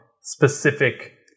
specific